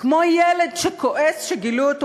כמו ילד שכועס שגילו אותו